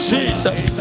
Jesus